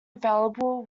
available